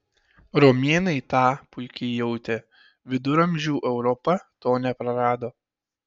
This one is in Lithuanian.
romėnai tą puikiai jautė viduramžių europa to neprarado